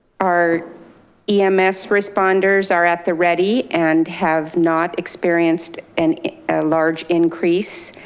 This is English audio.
our ems responders are at the ready and have not experienced and a large increase.